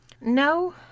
No